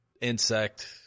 insect